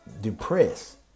depressed